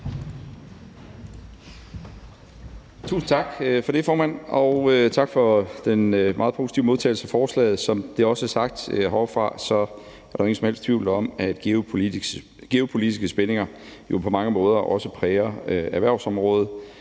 Tusind tak for det, formand. Og tak for den meget positive modtagelse af forslaget. Som der også er blevet sagt heroppefra, er der jo ingen som helst tvivl om, at geopolitiske spændinger på mange måder også præger erhvervsområdet,